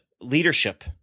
leadership